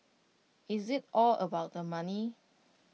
is IT all about the money